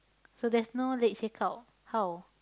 so there's no late check-out how